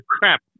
crap